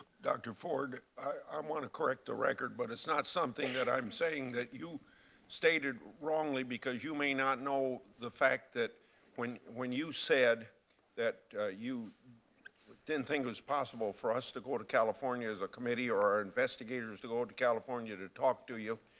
dr. ford, i want to correct the record but it's not something that i'm saying you stated wrongly because you may not know the fact that when when you said that you didn't think it was possible for us to go to california as a committee or investigators to go to california to talk to you,